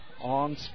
on